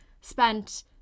spent